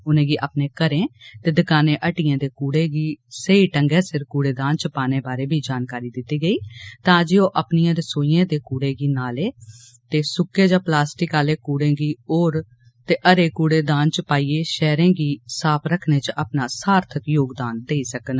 उनेंगी अपने घरें ते दकाने हट्टिएं दे कूड़े गी सेई ढंगै सिर कूड़ेदान च पाने बारे बी जानकारी दित्ती गेई जे ओह् अपनिएं रसोइएं दे कूड़े गी नीले ते सुक्के जां प्लास्टिक आले कूड़े गी हरे कूड़े दान च पाइयै पैहरै गी साफ रखने च अपना सार्थक योगदान देन